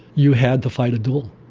you had to fight a duel,